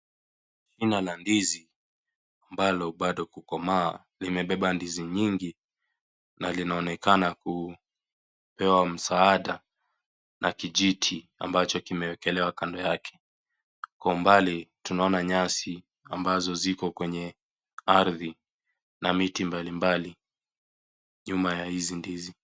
Shina la ndizi ambalo bado kukomaa, limebeba ndizi nyingi na linaonekana kupewa msaada, na kijiti ambacho kimeekelewa kando yake. Kwa umbali tunaona nyasi ambazo ziko kwenye ardhi na miti mbalimbali nyuma ya hizi ndizi.